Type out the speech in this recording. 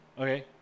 okay